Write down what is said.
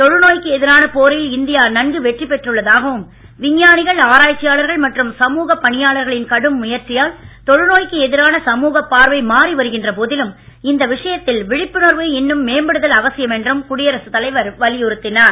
தொழுநோய்க்கு எதிரான போரில் இந்தியா நன்கு வெற்றி பெற்றுள்ளதாகவும் விஞ்ஞானிகள் ஆராய்ச்சியாளர்கள் மற்றும் சமூகப் பணியாளர்களின் கடும் முயற்சியால் தொழ நோய்க்கு எதிரான சமூகப் பார்வை மாறி வருகின்ற போதிலும் இந்த விஷயத்தில் விழிப்புணர்வு இன்னும் மேம்படுதல் அவசியலம் என்று குடியரசுத் தலைவர் மெகுலும் வலியுறுத்தினார்